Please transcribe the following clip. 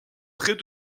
près